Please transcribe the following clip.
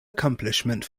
accomplishment